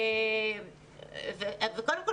קודם כול,